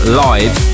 live